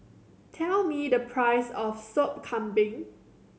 tell me the price of Sop Kambing